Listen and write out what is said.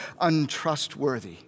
untrustworthy